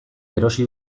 erosi